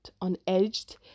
unedged